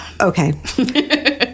Okay